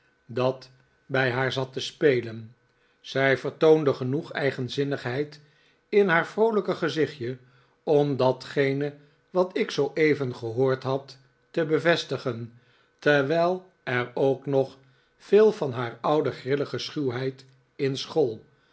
dat bij haar zat te spelen zij vertoonde genoeg eigenzinnigheid in haar vroolijke gezichtje om datgene wat ik zooeven gehoord had te bevestigen terwijl er ook nog veel van haar oude grillige schuwheid in school